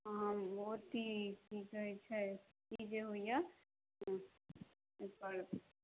अहाँ बहुत ही की कहै छै ओ जे होइया ओ ओकर